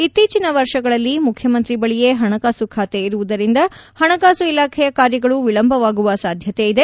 ಇತ್ತೀಚಿನ ವರ್ಷಗಳಲ್ಲಿ ಮುಖ್ಯಮಂತ್ರಿ ಬಳಿಯೇ ಹಣಕಾಸು ಖಾತೆ ಇರುವುದರಿಂದ ಹಣಕಾಸು ಇಲಾಖೆಯ ಕಾರ್ಯಗಳು ವಿಳಂಬವಾಗುವ ಸಾಧ್ಯತೆ ಇದೆ